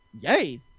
Yay